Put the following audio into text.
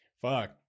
Fuck